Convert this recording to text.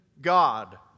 God